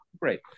Great